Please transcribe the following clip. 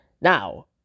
Now